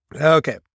Okay